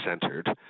centered